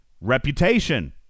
Reputation